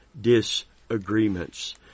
disagreements